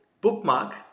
bookmark